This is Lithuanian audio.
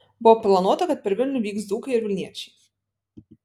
buvo planuota kad per vilnių vyks dzūkai ir vilniečiai